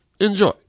Enjoy